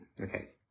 Okay